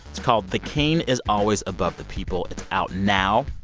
it's called the king is always above the people. it's out now.